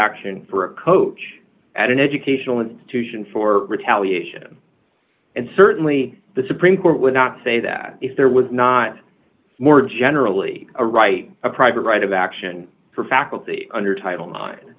action for a coach at an educational institution for retaliation and certainly the supreme court would not say that if there was not more generally a right a private right of action for faculty under title mine